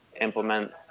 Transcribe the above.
implement